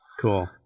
Cool